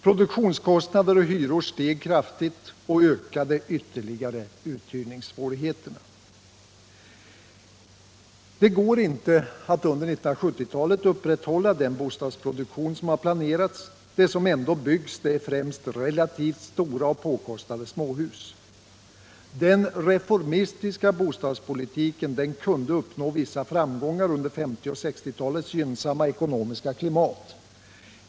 Produktionskostnader och hyror steg kraftigt och ökade ytterligare utjämningssvårigheterna. Det går inte att under 1970-talet upprätthålla den bostadsproduktion som planerats. Det som ändå byggs är främst relativt stora och påkostade småhus. Den reformistiska bostadspolitiken kunde uppnå vissa framgångar under 1950 och 1960-talens gynnsamma ekonomiska klimat.